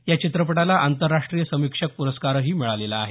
या चित्रपटाला आंतरराष्ट्रीय समीक्षक पुरस्कार मिळालेला आहे